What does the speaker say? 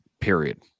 Period